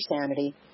Sanity